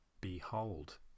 Behold